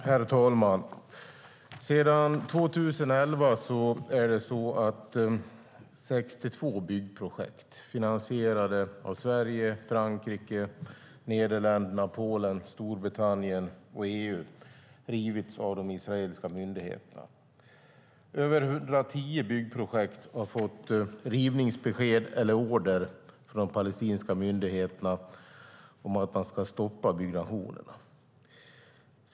Herr talman! Sedan 2011 har 62 byggprojekt finansierade av Sverige, Frankrike, Nederländerna, Polen, Storbritannien och EU rivits av de israeliska myndigheterna. Över 110 byggprojekt har fått rivningsbesked eller order från myndigheterna om att man ska stoppa byggnationerna.